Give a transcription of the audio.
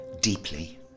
deeply